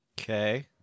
Okay